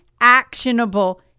actionable